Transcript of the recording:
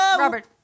Robert